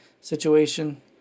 situation